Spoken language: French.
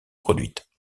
produites